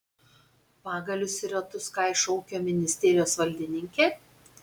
pagalius į ratus kaišo ūkio ministerijos valdininkė